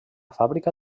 fàbrica